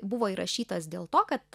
buvo įrašytas dėl to kad